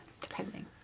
Depending